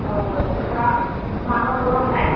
और थोड़ा मारोल ओरोल है